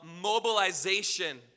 mobilization